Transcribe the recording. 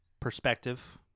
Perspective